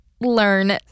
learn